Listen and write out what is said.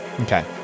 okay